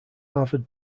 harvard